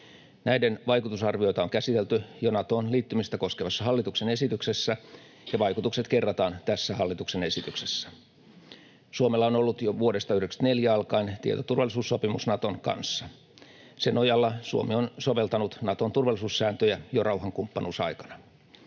Näiden vaikutusarvioita on käsitelty jo Natoon liittymistä koskevassa hallituksen esityksessä ja vaikutukset kerrataan tässä hallituksen esityksessä. Suomella on ollut jo vuodesta 94 alkaen tietoturvallisuussopimus Naton kanssa. Sen nojalla Suomi on soveltanut Naton turvallisuussääntöjä jo rauhankumppanuusaikana.